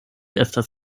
estas